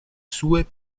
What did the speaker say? sue